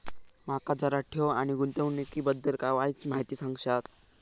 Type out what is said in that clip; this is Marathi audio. माका जरा ठेव आणि गुंतवणूकी बद्दल वायचं माहिती सांगशात?